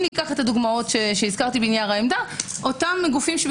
אם ניקח את הדוגמאות שהזכרתי בנייר העמדה אותם גופים או